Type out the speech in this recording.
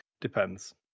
depends